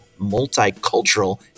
multicultural